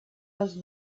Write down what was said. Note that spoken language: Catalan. les